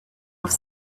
off